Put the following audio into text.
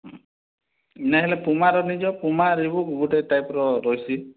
ହୁଁ ନାଇଁ ହେଲେ ପୁମାର ନେଇଯା ପୁମା ରିବୁକ୍ ଗୋଟେ ଟାଇପ୍ର ରହିସି